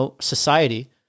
society